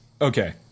Okay